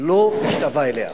לא משתווה אליה.